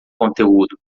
conteúdo